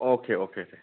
अके अके दे